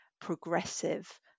progressive